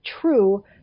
true